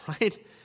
right